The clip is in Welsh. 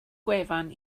gwefan